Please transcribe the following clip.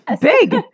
big